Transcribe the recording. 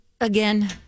again